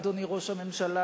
אדוני ראש הממשלה,